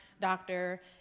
doctor